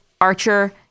archer